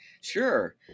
sure